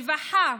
רווחה.